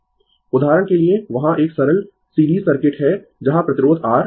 Refer Slide Time 2746 उदाहरण के लिए वहां एक सरल सीरीज सर्किट है जहां प्रतिरोध R